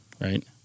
right